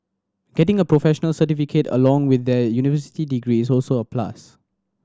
getting a professional certificate along with their university degree is also a plus